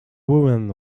women